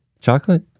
Chocolate